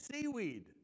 seaweed